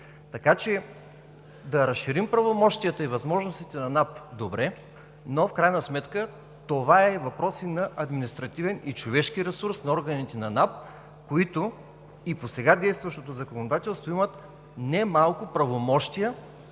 Така че да разширим правомощията и възможностите на НАП. Добре, но в крайна сметка това е въпрос и на административен и човешки ресурс на органите на НАП, които и по сега действащото законодателство имат немалко правомощия